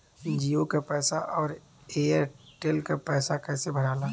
जीओ का पैसा और एयर तेलका पैसा कैसे भराला?